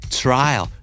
trial